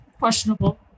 Questionable